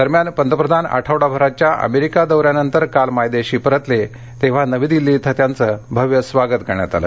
दरम्यान पंतप्रधान आठवडाभराच्या अमेरिका दौऱ्यानंतर काल मायदेशी परतले तेव्हा नवी दिल्ली इथं त्यांचं भव्य स्वागत करण्यात आलं